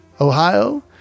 Ohio